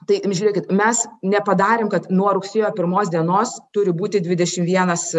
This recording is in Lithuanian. tai žiūrėkit mes nepadarėm kad nuo rugsėjo pirmos dienos turi būti dvidešim vienas